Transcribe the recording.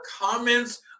comments